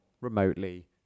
remotely